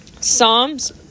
Psalms